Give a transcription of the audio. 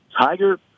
Tiger